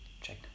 check